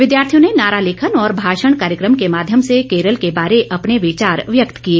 विद्यार्थियों ने नारा लेरवन और भाषण कार्यक्रम के माध्यम से केरल के बारे अपने विचार व्यक्त किए